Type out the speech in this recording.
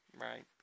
right